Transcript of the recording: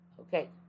Okay